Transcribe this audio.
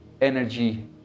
energy